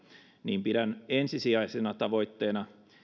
niin pidän ensisijaisena tavoitteena